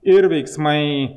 ir veiksmai